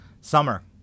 Summer